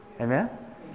Amen